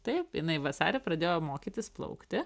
taip jinai vasarį pradėjo mokytis plaukti